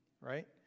right